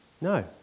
No